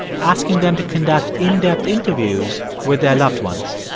asking them to conduct in-depth interviews with their loved ones.